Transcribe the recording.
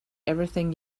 everything